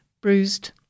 bruised